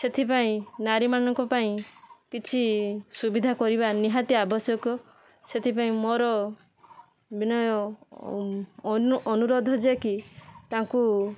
ସେଥିପାଇଁ ନାରୀ ମାନଙ୍କ ପାଇଁ କିଛି ସୁବିଧା କରିବା ନିହାତି ଆବଶ୍ୟକ ସେଥିପାଇଁ ମୋର ବିନୟ ଅନୁରୋଧ ଯେ କି ତାଙ୍କୁ